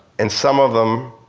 and some of them